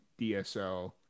dsl